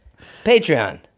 Patreon